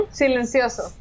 silencioso